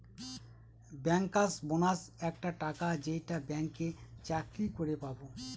bankers bonus একটা টাকা যেইটা ব্যাঙ্কে চাকরি করে পাবো